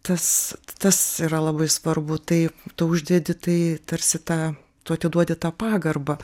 tas tas yra labai svarbu tai tu uždedi tai tarsi tą tu atiduodi tą pagarbą